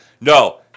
No